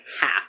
half